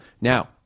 Now